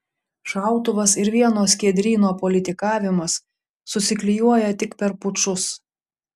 šautuvas ir vieno skiedryno politikavimas susiklijuoja tik per pučus